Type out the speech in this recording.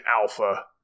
Alpha